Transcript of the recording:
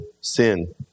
sin